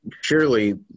Surely